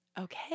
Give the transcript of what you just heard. okay